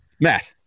Matt